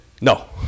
No